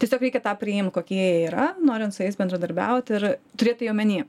tiesiog reikia tą priimt kokie jie yra norint su jais bendradarbiaut ir turėt tai omeny